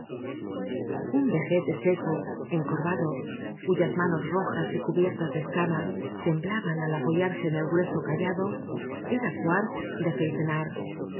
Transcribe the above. un vejete seco encorvado cuyas manos rojas y cubiertas de escamas temblaban al apo yarse en el grueso cayado era cuart de feitenar